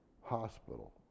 hospital